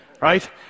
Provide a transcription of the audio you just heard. right